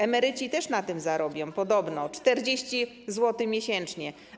Emeryci też na tym zarobią, podobno 40 zł miesięcznie.